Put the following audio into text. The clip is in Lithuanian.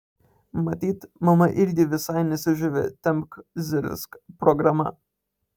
matyt mama irgi visai nesižavi tempk zirzk programa